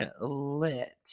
lit